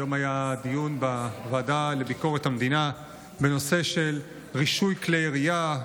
היום היה דיון בוועדה לביקורת המדינה בנושא רישוי כלי ירייה,